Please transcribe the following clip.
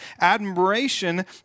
admiration